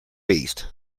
beasts